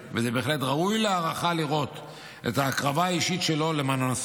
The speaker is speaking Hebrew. וזה בהחלט ראוי להערכה לראות את ההקרבה האישית שלו למען הנושא.